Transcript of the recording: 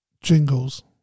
Jingles